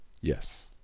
yes